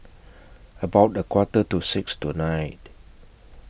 about A Quarter to six tonight